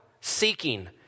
seeking